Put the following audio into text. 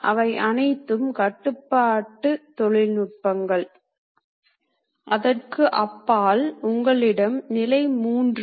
எனவே பந்து திருகு சுழலும் போது இந்த ஸ்லைடு ஒரு திருகு இயக்கத்தைப் போலவே இந்த வழியிலோ அல்லது அந்த வழியிலோ நகர முடியும்